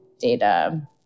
data